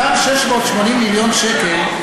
אותם 680 מיליון שקל,